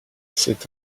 c’est